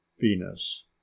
VENUS